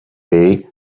day